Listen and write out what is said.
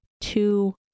two